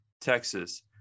Texas